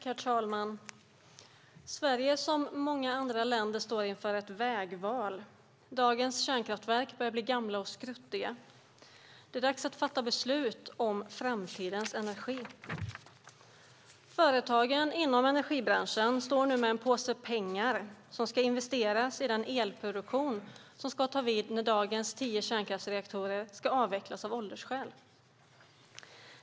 Herr talman! Sverige liksom många andra länder står inför ett vägval. Dagens kärnkraftverk börjar bli gamla och skruttiga. Det är dags att fatta beslut om framtidens energi. Företagen i energibranschen står nu med en påse pengar som ska investeras i den elproduktion som ska ta vid när dagens tio kärnkraftsreaktorer ska avvecklas av åldersskäl.